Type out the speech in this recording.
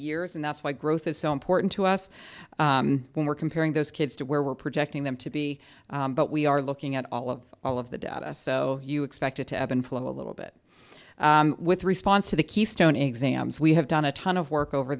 years and that's why growth is so important to us when we're comparing those kids to where we're projecting them to be but we are looking at all of all of the data so you expect it to ebb and flow a little bit with response to the keystone exams we have done a ton of work over